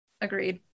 Agreed